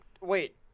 wait